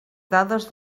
dades